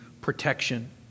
protection